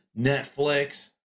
Netflix